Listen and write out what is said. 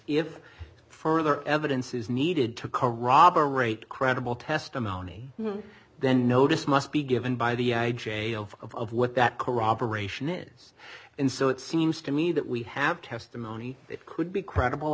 if further evidence is needed to corroborate credible testimony then notice must be given by the i j a of what that corroboration is and so it seems to me that we have testimony that could be credible